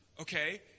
okay